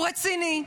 הוא רציני,